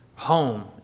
home